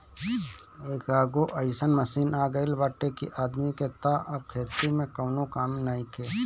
एकहगो अइसन मशीन आ गईल बाटे कि आदमी के तअ अब खेती में कवनो कामे नइखे